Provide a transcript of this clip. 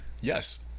Yes